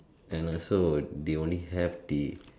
and a so they only have the